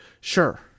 Sure